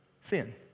sin